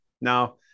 Now